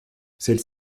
celle